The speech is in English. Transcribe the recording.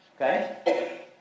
Okay